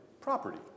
Property